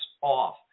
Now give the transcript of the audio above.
off